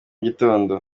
gitondo